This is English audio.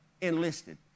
enlisted